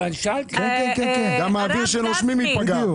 אני יודעת שאתה בקי באיך הקואליציה הזו נבנתה